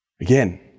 Again